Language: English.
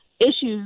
issues